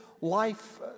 life